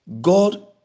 God